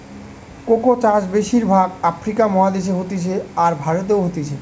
cocoa চাষ বেশির ভাগ আফ্রিকা মহাদেশে হতিছে, আর ভারতেও হতিছে